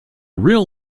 real